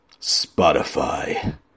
Spotify